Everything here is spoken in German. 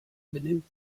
benimmt